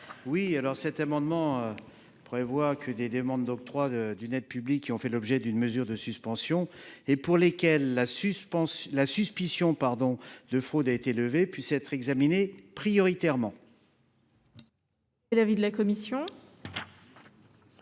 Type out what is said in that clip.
vise à faire en sorte que les demandes d’octroi d’une aide publique ayant fait l’objet d’une mesure de suspension et pour lesquelles la suspicion de fraude a été levée puissent être examinées prioritairement. Quel est l’avis de la commission